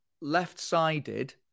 left-sided